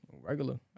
regular